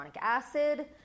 acid